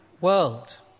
world